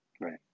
Right